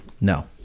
No